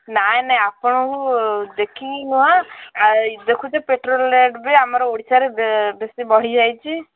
ନାହିଁ ନାହିଁ ଆପଣଙ୍କୁ ଦେଖିକି ନୁହଁ ଏଇ ଦେଖୁଛ ପେଟ୍ରୋଲ ରେଟ୍ବି ଆମର ଓଡ଼ିଶାରେ ବେଶି ବଢି଼ଯାଇଛି